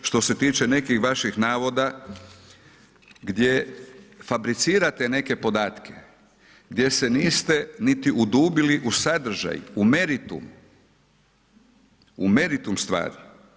Što se tiče nekih vaših navoda gdje fabricirate neke podatke, gdje se niste niti udubili u sadržaj, u meritum, u meritum stvari.